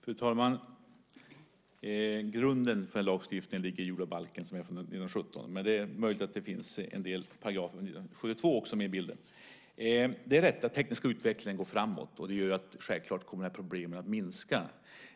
Fru talman! Grunden för lagstiftningen, jordabalken, är från 1917, men det är möjligt att det finns paragrafer från 1972 som också är med i bilden. Det är riktigt att den tekniska utvecklingen går framåt. Det gör självklart att problemen kommer att minska.